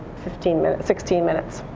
fifteen minutes, sixteen minutes.